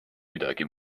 midagi